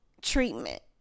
treatment